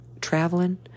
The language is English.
traveling